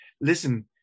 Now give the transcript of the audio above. listen